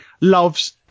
loves